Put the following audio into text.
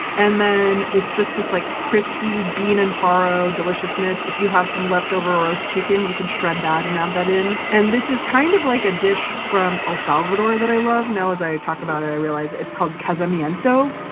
and then it's just this like crispy bean and faro deliciousness. if you have some leftover roast chicken, you can shred that and add that in. and this is kind of like a dish from el salvador that i love. now as i talk about it, i realize it's called casamiento.